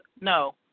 no